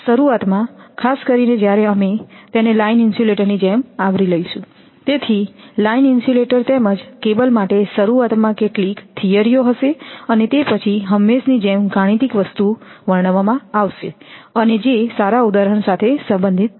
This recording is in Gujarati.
શરૂઆતમાં ખાસ કરીને જ્યારે અમે તેને લાઇન ઇન્સ્યુલેટર ની જેમ આવરી લઈશું તેથી લાઇન ઇન્સ્યુલેટર તેમજ કેબલ માટે શરૂઆતમાં કેટલીક થિયરીઓ હશે અને તે પછી હંમેશની જેમ ગાણિતિક વસ્તુ વર્ણવવામાં આવશે અને જે સારા ઉદાહરણ સાથે સંબંધિત છે